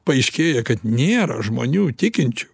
paaiškėja kad nėra žmonių tikinčių